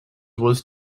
was